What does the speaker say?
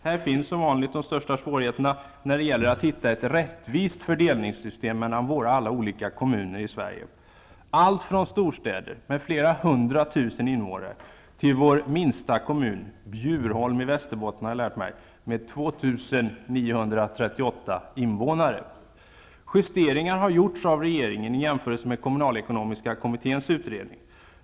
Här finns -- som vanligt -- de största svårigheterna när det gäller att hitta ett rättvist fördelningssystem för alla olika kommuner i Sverige, allt från storstäder med flera hundra tusen invånare till vår minsta kommun, Bjurholm i Västerbotten, har jag lärt mig, med 2 938 invånare. Justeringar har gjorts av regeringen i jämförelse med kommunalekonomiska kommitténs utredning.